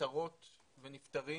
נפתרות ונפתרים,